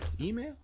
email